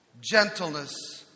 gentleness